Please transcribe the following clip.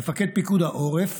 מפקד פיקוד העורף